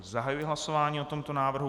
Zahajuji hlasování o tomto návrhu.